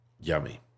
yummy